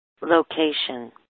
Location